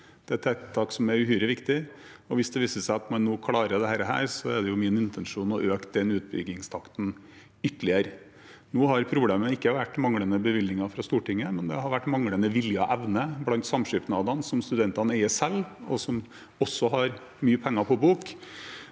Det er et tiltak som er uhyre viktig, og hvis det viser seg at man nå klarer dette, er det min intensjon å øke den utbyggingstakten ytterligere. Nå har ikke problemet vært manglende bevilgninger fra Stortinget, men det har vært manglende vilje og evne blant samskipnadene, som studentene eier selv, og som også har mye penger på bok.